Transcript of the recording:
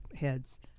heads